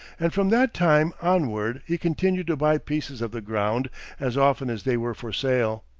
and from that time onward he continued to buy pieces of the ground as often as they were for sale,